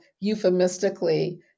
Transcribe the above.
euphemistically